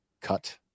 Cut